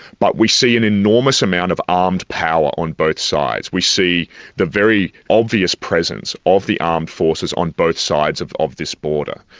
but we see an enormous amount of armed power on both sides we see the very obvious presence of the armed forces on both sides of of this border.